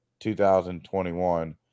2021